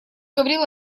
говорил